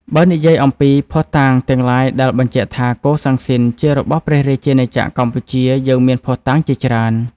បើនិយាយអំពី ភស្តុតាងទាំងឡាយដែលបញ្ជាក់ថា កូសាំងស៊ីន ជារបស់ព្រះរាជាណាចក្រកម្ពុជាយើងមានភស្តុតាងជាច្រើន។